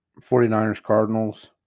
49ers-Cardinals